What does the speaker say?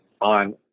on